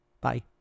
Bye